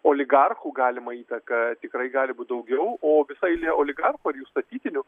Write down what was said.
oligarchų galimą įtaką tikrai gali būt daugiau o visa eilė oligarchų ar jų statytinių